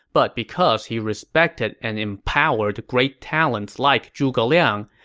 but because he respected and empowered great talents like zhuge liang,